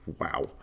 Wow